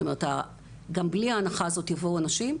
זאת אומרת גם בלי ההנחה הזאת יבואו אנשים,